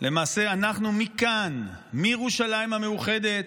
למעשה אנחנו מכאן, מירושלים המאוחדת,